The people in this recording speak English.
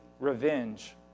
revenge